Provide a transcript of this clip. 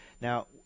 Now